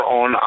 on